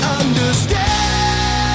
understand